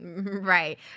Right